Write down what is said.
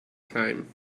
time